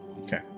Okay